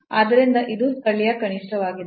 ಆದ್ದರಿಂದ ಇದು ಸ್ಥಳೀಯ ಕನಿಷ್ಠವಾಗಿದೆ